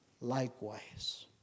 likewise